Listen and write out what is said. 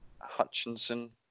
Hutchinson